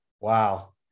wow